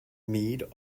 mead